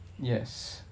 yes